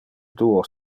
duo